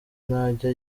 ntajya